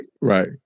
right